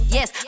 Yes